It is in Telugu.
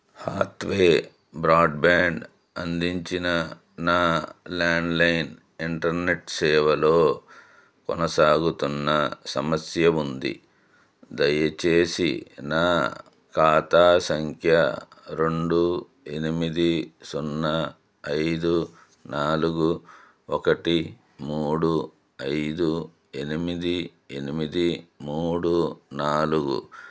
హ్యాథ్వే బ్రాడ్బ్యాండ్ అందించిన నా ల్యాండ్లైన్ ఇంటర్నెట్ సేవలో కొనసాగుతున్న సమస్య ఉంది దయచేసి నా ఖాతా సంఖ్య రెండు ఎనిమిది సున్నా ఐదు నాలుగు ఒకటి మూడు ఐదు ఎనిమిది ఎనిమిది మూడు నాలుగు